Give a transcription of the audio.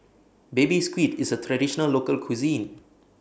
Baby Squid IS A Traditional Local Cuisine